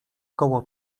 koło